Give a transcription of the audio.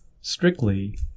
strictly